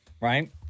right